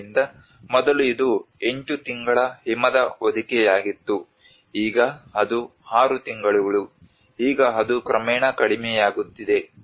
ಆದ್ದರಿಂದ ಮೊದಲು ಇದು 8 ತಿಂಗಳ ಹಿಮದ ಹೊದಿಕೆಯಾಗಿತ್ತು ಈಗ ಅದು ಆರು ತಿಂಗಳುಗಳು ಈಗ ಅದು ಕ್ರಮೇಣ ಕಡಿಮೆಯಾಗುತ್ತಿದೆ